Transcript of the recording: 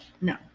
No